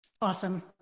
Awesome